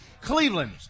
Cleveland